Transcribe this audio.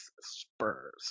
Spurs